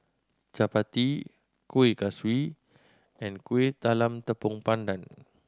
chappati Kueh Kaswi and Kueh Talam Tepong Pandan